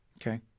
Okay